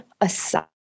aside